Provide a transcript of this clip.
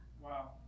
Wow